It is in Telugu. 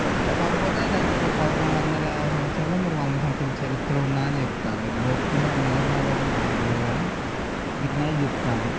ఇట్లా కాకపోతే దానికి ఒక పదకొండు వందల సంవత్సరాలో మరి వంద సంవత్సరాలో చరిత్ర ఉన్నాదని చెప్తారు అది బొక్కనో నిజమో అబద్ధమో నాకు తెలియదు కానీ ఇట్లనే చెప్తారు